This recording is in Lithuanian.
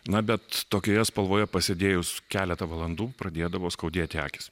na bet tokioje spalvoje pasėdėjus keletą valandų pradėdavo skaudėti akys